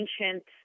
ancient